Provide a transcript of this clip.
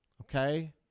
okay